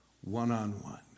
one-on-one